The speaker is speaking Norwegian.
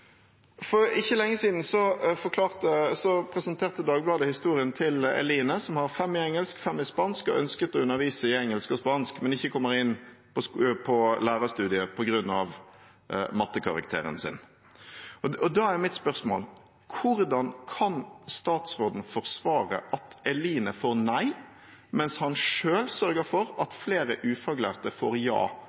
For ikke lenge siden presenterte Dagbladet historien til Eline, som har 5 i engelsk og 5 i spansk, og som ønsket å undervise i engelsk og spansk, men som ikke kommer inn på lærerstudiet på grunn av mattekarakteren sin. Da er mitt spørsmål: Hvordan kan statsråden forsvare at Eline får nei, mens han selv sørger for at flere ufaglærte får ja